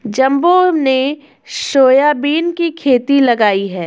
जम्बो ने सोयाबीन की खेती लगाई है